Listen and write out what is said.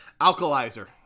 alkalizer